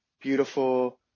beautiful